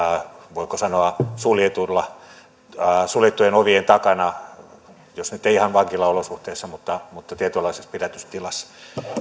voiko sanoa suljettujen ovien takana jos nyt ei ihan vankilaolosuhteissa mutta mutta tietynlaisessa pidätystilassa